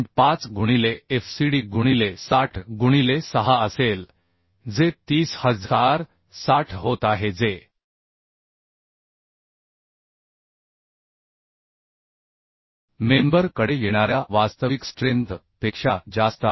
5 गुणिले fcd गुणिले 60 गुणिले 6 असेल जे 30060 होत आहे जे मेंबर कडे येणाऱ्या वास्तविक स्ट्रेंथ पेक्षा जास्त आहे